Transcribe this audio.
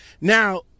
now